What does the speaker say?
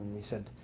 he said,